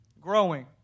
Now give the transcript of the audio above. Growing